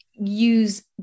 use